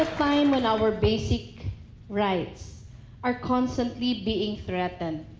time when our basic rights are constantly being threatened,